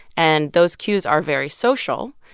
and those cues are very social.